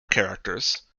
characters